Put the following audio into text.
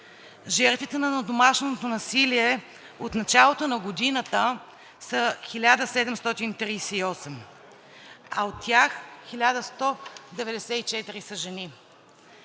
Жертвите на домашното насилие от началото на годината са 1738, а от тях 1194 са жени.